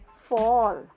fall